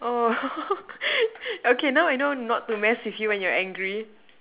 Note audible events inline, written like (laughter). oh (laughs) okay now I know not to mess with you when you're angry